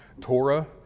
Torah